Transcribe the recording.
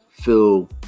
feel